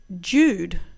Jude